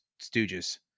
stooges